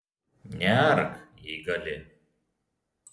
neark jei gali